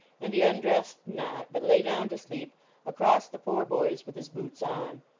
and he undressed not, but lay down to sleep across the four boys with his boots on.